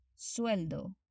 Sueldo